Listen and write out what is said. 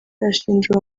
ashinja